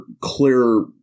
clear